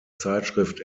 zeitschrift